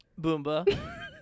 Boomba